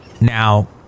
Now